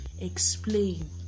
explain